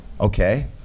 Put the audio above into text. Okay